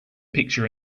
picture